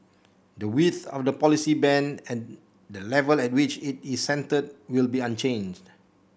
the width of the policy band and the level at which it is centred will be unchanged